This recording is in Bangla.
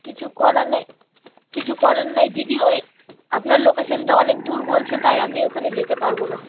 কিছু করার নেই কিছু করেন নাই দিদি ওই আপনার লোকেশনটা অনেক দূর বলছে তাই আমি ওখানে যেতে পারবো না